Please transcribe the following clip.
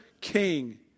king